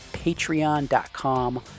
patreon.com